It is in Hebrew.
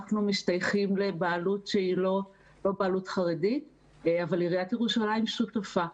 אנחנו משתייכים לבעלות שהיא לא חרדית אבל עיריית ירושלים שותפה.